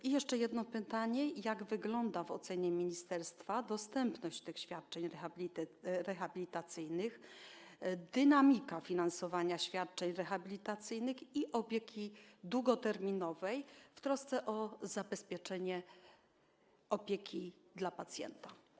I jeszcze jedno pytanie: Jak wygląda w ocenie ministerstwa dostępność tych świadczeń rehabilitacyjnych, dynamika finansowania świadczeń rehabilitacyjnych i opieki długoterminowej w trosce o zabezpieczenie opieki dla pacjenta?